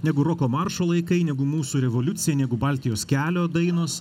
negu roko maršo laikai negu mūsų revoliucija negu baltijos kelio dainos